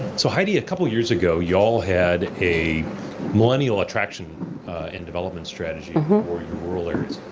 so heidi, a couple years ago you all had a millennial attraction and development strategy for your rural areas.